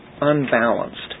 unbalanced